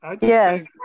Yes